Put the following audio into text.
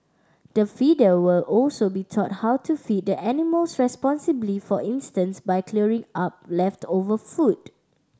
the feeder will also be taught how to feed the animals responsibly for instance by clearing up leftover food